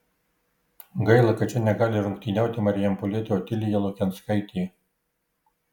gaila kad čia negali rungtyniauti marijampolietė otilija lukenskaitė